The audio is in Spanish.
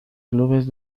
clubes